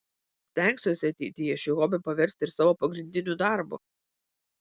stengsiuosi ateityje šį hobį paversi ir savo pagrindiniu darbu